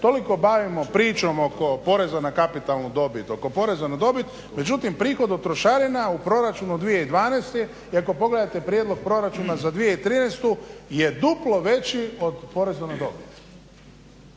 toliko bavimo pričom oko poreza na kapitalnu dobit, oko poreza na dobit, međutim prihod od trošarina u proračunu 2012. i ako pogledate prijedlog proračuna za 2013. je duplo veći od poreza na dobit.